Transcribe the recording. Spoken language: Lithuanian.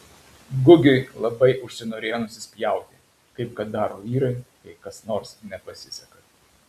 gugiui labai užsinorėjo nusispjauti kaip kad daro vyrai kai kas nors nepasiseka